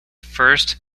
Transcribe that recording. first